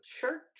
church